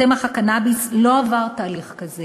צמח הקנאביס לא עבר תהליך כזה.